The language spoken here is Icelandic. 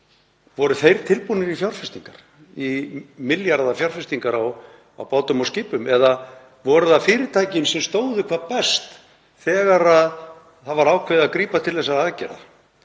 Voru þeir tilbúnir í milljarða fjárfestingar á bátum og skipum eða voru það fyrirtækin sem stóðu hvað best þegar það var ákveðið að grípa til þessara aðgerða?